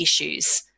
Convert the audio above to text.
issues